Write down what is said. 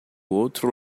outro